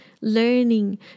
learning